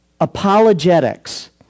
apologetics